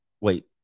wait